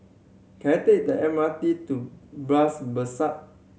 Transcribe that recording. can I take the M R T to Bras Basah